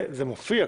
זה מופיע.